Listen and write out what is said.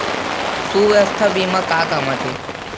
सुवास्थ बीमा का काम आ थे?